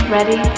Ready